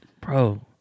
bro